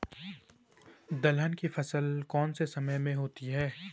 दलहन की फसल कौन से समय में होती है?